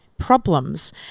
Problems